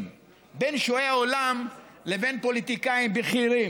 בין שועי עולם לבין פוליטיקאים בכירים,